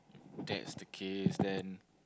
that's the case then